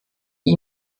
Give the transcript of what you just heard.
die